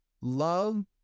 love